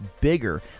bigger